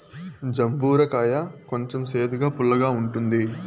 జంబూర కాయ కొంచెం సేదుగా, పుల్లగా ఉంటుంది